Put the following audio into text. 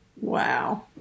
Wow